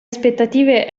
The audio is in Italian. aspettative